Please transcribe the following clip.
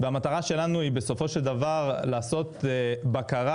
והמטרה שלנו היא בסופו של דבר לעשות בקרה